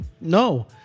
No